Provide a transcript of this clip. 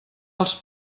els